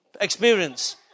experience